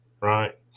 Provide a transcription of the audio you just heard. right